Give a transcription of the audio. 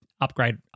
upgrade